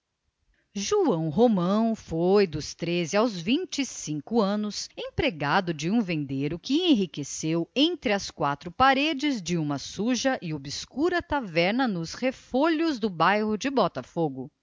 joão romão foi dos treze aos vinte e cinco anos empregado de um vendeiro que enriqueceu entre as quatro paredes de uma suja e obscura taverna nos refolhos do bairro do botafogo